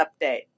Update